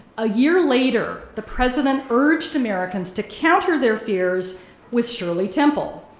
a year later the president urged americans to counter their fears with shirley temple,